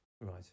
Right